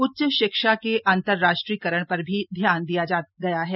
उच्च शिक्षा का अंतरराष्ट्रीयकरण पर भी ध्यान दिया गया है